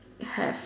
have